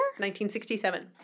1967